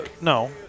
No